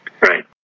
right